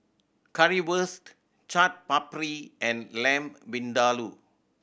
Currywurst Chaat Papri and Lamb Vindaloo